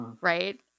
Right